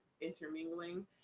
intermingling